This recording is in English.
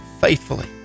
faithfully